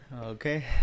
Okay